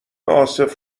عاصف